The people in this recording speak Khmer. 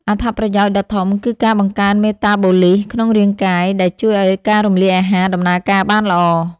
អត្ថប្រយោជន៍ដ៏ធំគឺការបង្កើនមេតាបូលីសក្នុងរាងកាយ ដែលជួយឱ្យការរំលាយអាហារដំណើរការបានល្អ។